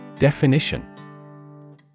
Definition